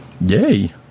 yay